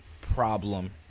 problem